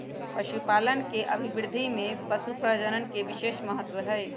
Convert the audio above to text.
पशुपालन के अभिवृद्धि में पशुप्रजनन के विशेष महत्त्व हई